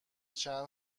چند